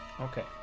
Okay